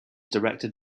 directed